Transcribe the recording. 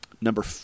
Number